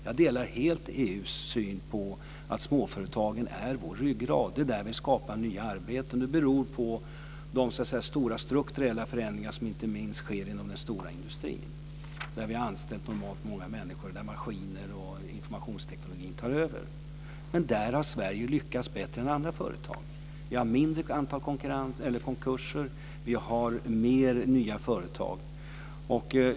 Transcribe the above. Jag instämmer helt i EU:s syn att småföretagen är vår ryggrad. Det är där vi skapar nya arbeten. Det beror inte minst på de stora strukturella förändringar som sker inom den stora industrin. Där har vi förut anställt många människor. Nu tar maskiner och informationsteknik över. Där har Sverige lyckats bättre än andra länder. Vi har ett lägre antal konkurser. Vi har fler nya företag.